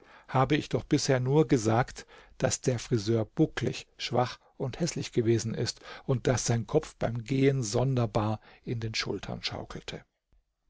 habe ich doch bisher nur gesagt daß der friseur bucklig schwach und häßlich gewesen ist und daß sein kopf beim gehen sonderbar in den schultern schaukelte